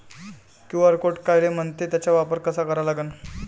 QR code कायले म्हनते, त्याचा वापर कसा करा लागन?